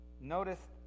Notice